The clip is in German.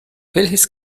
welches